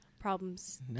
problems